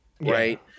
Right